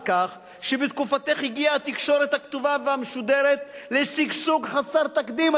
על כך שבתקופתך הגיעה התקשורת הכתובה והמשודרת לשגשוג חסר תקדים,